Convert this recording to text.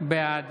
בעד